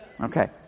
Okay